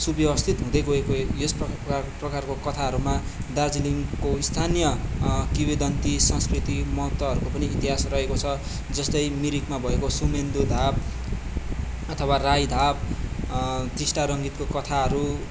सुव्यवस्थित हुँदै गएको यस्तो यस प्रकारको कथाहरूमा दार्जिलिङको स्थानीय किंवदन्ती संस्कृति महत्त्वहरूको पनि इतिहास रहेको छ जस्तै मिरिकमा भएको सुमिन्दु धाप अथवा राई धाप टिस्टा रङ्गीतको कथाहरू